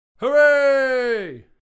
Hooray